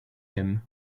him